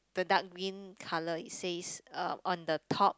the dark green colour it says uh on the top